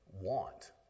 want